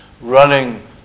running